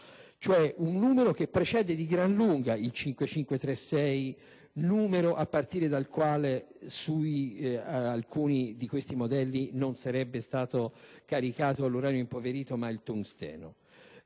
5437, un numero che precede di gran lunga il 5536, cioè il numero a partire dal quale su alcuni di questi modelli non sarebbe stato caricato l'uranio impoverito, ma il tungsteno.